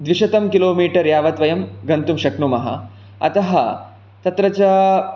द्विशतं kilometre यावत् वयं गन्तुं शक्नुमः अतः तत्र च